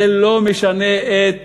זה לא משנה את